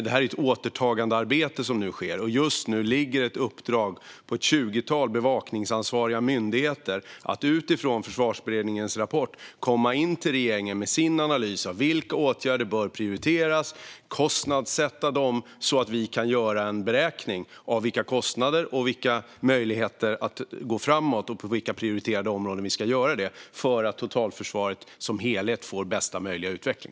Det är ett återtagandearbete som nu sker. Just nu ligger ett uppdrag på ett tjugotal bevakningsansvariga myndigheter att utifrån Försvarsberedningens rapport komma in till regeringen med en analys av vilka åtgärder som bör prioriteras. Man ska kostnadssätta dem så att vi kan göra en beräkning av kostnader och möjligheter för att gå framåt och på vilka prioriterade områden vi ska göra det för att totalförsvaret som helhet ska få bästa möjliga utveckling.